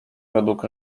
według